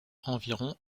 environ